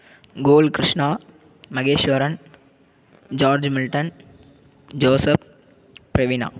goal Krishna Maheswaran George Milton Joseph Praveena